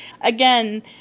again